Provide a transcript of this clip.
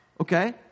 Okay